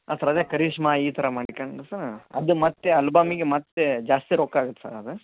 ಆಥರ ಅದೇ ಕರೀಶ್ಮಾ ಈ ಥರ ಮಾಡ್ಕಂಡು ಸರ್ ಅದು ಮತ್ತೆ ಆಲ್ಬಮಿಗೆ ಮತ್ತೆ ಜಾಸ್ತಿ ರೊಕ್ಕ ಆಗತ್ತೆ ಸರ್ ಅದು